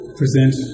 present